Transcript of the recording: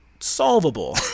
Solvable